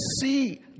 see